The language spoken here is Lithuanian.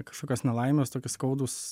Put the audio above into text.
kažkokios nelaimės toki skaudūs